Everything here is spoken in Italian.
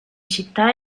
città